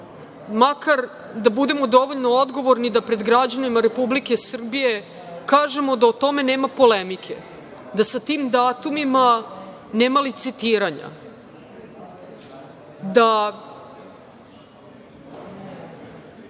makar, da budemo dovoljno odgovorni da pred građanima Republike Srbije kažemo da o tome nema polemike, da sa tim datumima nema licitiranja, da